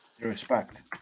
Respect